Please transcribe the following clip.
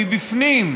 מבפנים,